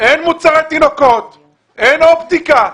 אין מוצרי תינוקות, אין אופטיקה,